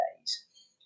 days